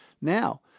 Now